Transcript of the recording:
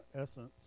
essence